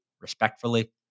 respectfully